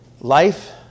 Life